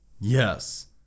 Yes